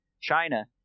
China